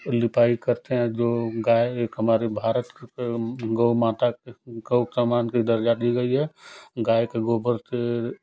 लिपाई करते हैं जो गाय एक हमारे भारत गौ माता के गौ को माँ दर्जा दी गई है गाय के गोबर से